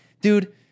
Dude